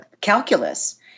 calculus